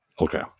Okay